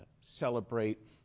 celebrate